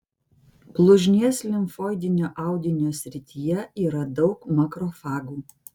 blužnies limfoidinio audinio srityje yra daug makrofagų